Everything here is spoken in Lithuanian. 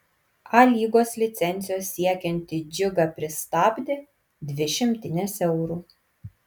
a lygos licencijos siekiantį džiugą pristabdė dvi šimtinės eurų